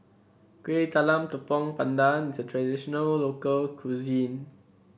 Kuih Talam Tepong Pandan is a traditional local cuisine